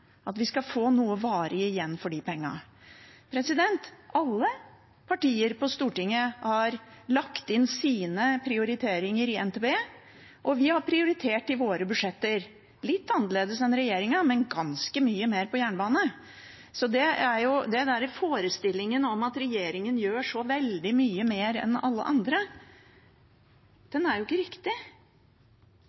Alle partier på Stortinget har lagt inn sine prioriteringer i NTP, og vi har prioritert i våre budsjetter – litt annerledes enn regjeringen, men ganske mye mer på jernbane. Så forestillingen om at regjeringen gjør så veldig mye mer enn alle andre, er ikke riktig.